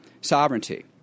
sovereignty